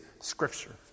scripture